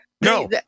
No